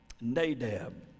Nadab